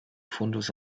fundus